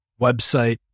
website